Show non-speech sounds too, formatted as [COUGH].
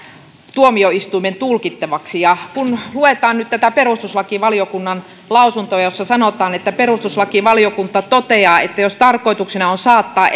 tuomioistuimen tulkittavaksi kun luetaan nyt tätä perustuslakivaliokunnan lausuntoa perustuslakivaliokunta toteaa että jos tarkoituksena on saattaa [UNINTELLIGIBLE]